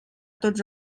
tots